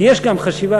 כי יש גם חשיבה.